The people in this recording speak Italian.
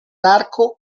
arco